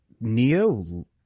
Neo